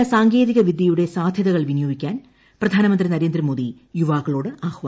നൂതന സാങ്കേതിക വിദ്യുയ്ടെ സാധ്യതകൾ വിനിയോഗിക്കാൻ പ്രധാനമന്ത്രി നരേന്ദ്രമോദി യുവാക്കളോട് ആഹ്വാനം ചെയ്തു